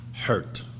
hurt